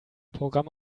programm